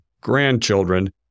grandchildren